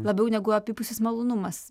labiau negu abipusis malonumas